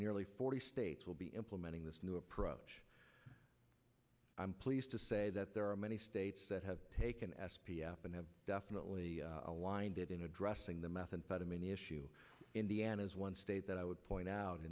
nearly forty states will be implementing this new approach i'm pleased to say that there are many states that have taken s p f and have definitely aligned it in addressing the methamphetamine issue indiana is one state that i would point out